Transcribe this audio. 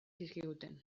zizkiguten